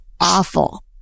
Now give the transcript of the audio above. awful